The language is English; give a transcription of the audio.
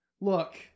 Look